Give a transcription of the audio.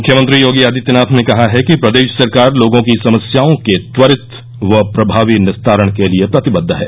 मुख्यमंत्री योगी आदित्यनाथ ने कहा है कि प्रदेश सरकार लोगों की समस्याओं के त्वरित व प्रभावी निस्तारण के लिए प्रतिबद्ध है